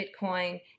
Bitcoin